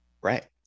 Right